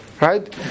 Right